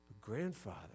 grandfather